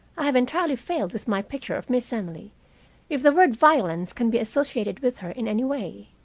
i have entirely failed with my picture of miss emily if the word violence can be associated with her in any way.